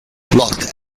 blocked